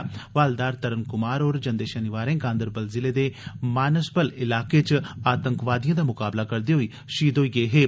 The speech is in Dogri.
हवलदार तरन क्मार होर जंदे शनिवारें गांदरबल जिले दे मानसबल इलाके च आतंकवादिएं दा म्काबला करदे होई शहीद होई गे हे